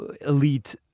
elite